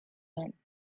him